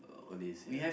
old days ya